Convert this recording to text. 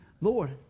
Lord